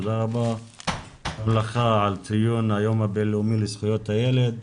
תודה רבה גם לך על ציון יום הבינלאומי לזכויות הילד,